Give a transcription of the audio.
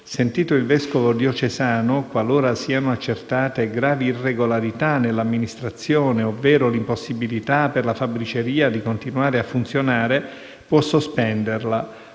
sentito il vescovo diocesano, qualora siano accertate gravi irregolarità nell'amministrazione ovvero l'impossibilità per la fabbriceria di continuare a funzionare, può sospenderla,